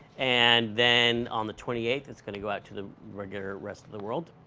and then on the twenty eighth it's going to go out to the regular rest of the world.